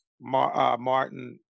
Martin